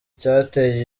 cyateye